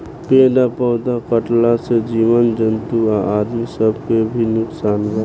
पेड़ आ पौधा कटला से जीव जंतु आ आदमी सब के भी नुकसान बा